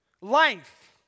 life